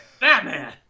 Batman